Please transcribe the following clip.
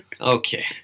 Okay